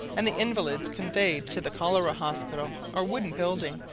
and the invalids conveyed to the cholera-hospital or wooden building,